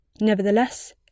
Nevertheless